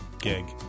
gig